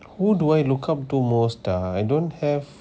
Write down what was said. who do I look up the most ah I don't have